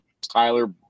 Tyler